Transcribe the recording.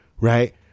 right